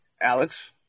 Alex